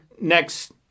next